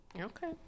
Okay